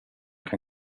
kan